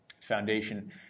foundation